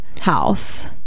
house